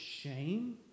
shame